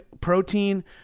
protein